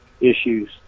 issues